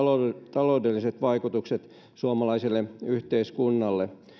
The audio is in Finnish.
taloudelliset vaikutukset suomalaiselle yhteiskunnalle